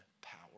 power